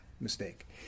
mistake